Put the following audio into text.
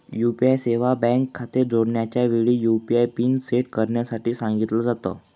UPI सेवा bank खाते जोडण्याच्या वेळी, यु.पी.आय पिन सेट करण्यासाठी सांगितल जात